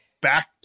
back